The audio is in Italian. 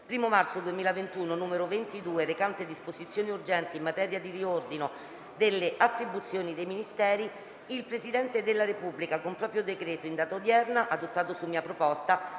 1 marzo 2021, n. 22, recante disposizioni urgenti in materia di riordino delle attribuzioni dei Ministeri, il Presidente della Repubblica, con proprio decreto in data odierna, adottato su mia proposta,